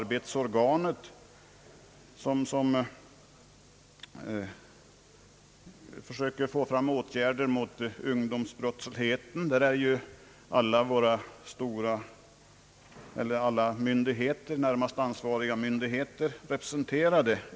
rättsvården ker få fram åtgärder mot ungdomsbrottsligheten är ju alla närmast ansvariga myndigheter representerade.